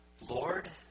Lord